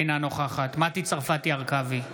אינה נוכחת מטי צרפתי הרכבי,